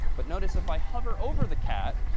but notice if i hover over the cat,